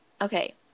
Okay